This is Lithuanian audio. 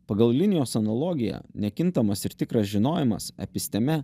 pagal linijos analogiją nekintamas ir tikras žinojimas episteme